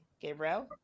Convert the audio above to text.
Gabriel